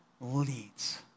leads